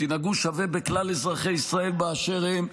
תנהגו באופן שווה בכלל אזרחי ישראל באשר הם.